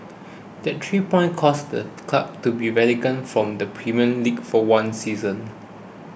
that three points caused the club to be relegated from the Premier League for one season